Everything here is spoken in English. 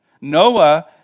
Noah